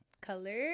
color